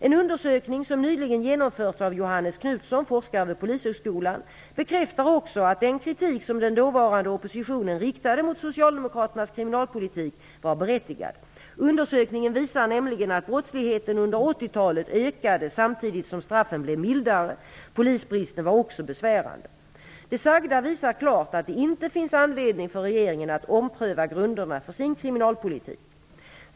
En undersökning som nyligen genomförts av bekräftar också att den kritik som den dåvarande oppositionen riktade mot Socialdemokraternas kriminalpolitik var berättigad. Undersökningen visar nämligen att brottsligheten under 80-talet ökade samtidigt som straffen blev mildare. Polisbristen var också besvärande. Det sagda visar klart att det inte finns anledning för regeringen att ompröva grunderna för sin kriminalpolitik.